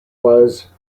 was